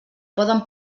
poden